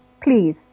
Please